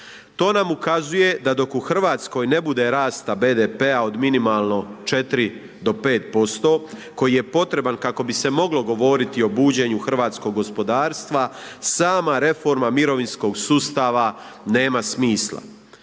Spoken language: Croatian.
to nam ukazuje da dok u Hrvatskoj ne bude rasta BDP-a od minimalno 4 do 5% koji je potreban kako bi se moglo govoriti o buđenju hrvatskog gospodarstva sama reforma mirovinskog sustava nema smisla.